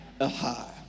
Aha